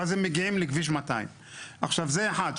ואז הם מגיעים לכביש 200. זה אחד.